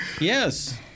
Yes